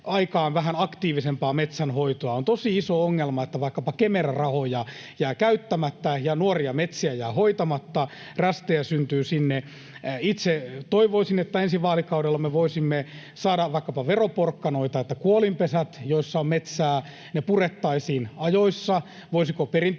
aikaan vähän aktiivisempaa metsänhoitoa. On tosi iso ongelma, että vaikkapa Kemera-rahoja jää käyttämättä ja nuoria metsiä jää hoitamatta, sinne syntyy rästejä. Itse toivoisin, että ensi vaalikaudella me voisimme saada vaikkapa veroporkkanoita niin, että kuolinpesät, joissa on metsää, purettaisiin ajoissa. Voisiko perintöveroon